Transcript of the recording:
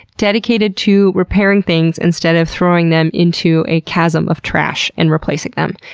dedicated to repairing things instead of throwing them into a chasm of trash and replacing them.